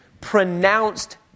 pronounced